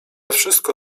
wszystko